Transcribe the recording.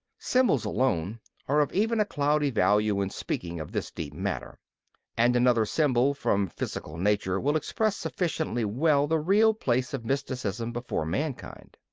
symbols alone are of even a cloudy value in speaking of this deep matter and another symbol from physical nature will express sufficiently well the real place of mysticism before mankind.